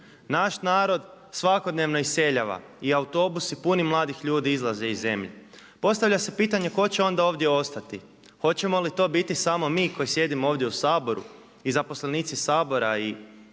Naš narod svakodnevno iseljava i autobusi puni mladih ljudi izlaze iz zemlje. Postavlja se pitanje ko će onda ovdje ostati? Hoćemo li to biti samo mi koji sjedimo ovdje u Saboru i zaposlenici Sabora i